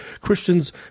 Christians